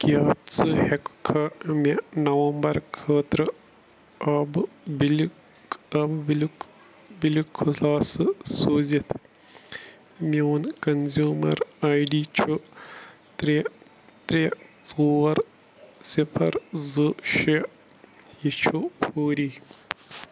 کیٛاہ ژٕ ہٮ۪ککھا مےٚ نومبر خٲطرٕ آبہٕ بِلیُک آبہٕ بِلیُک بِلیُک خُلاسہٕ سوٗزِتھ میون کنزیوٗمر آی ڈی چھُ ترٛےٚ ترٛےٚ ژور صِفر زٕ شےٚ یہِ چھُ فوری